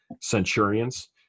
Centurions